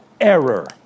error